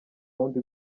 wundi